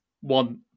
One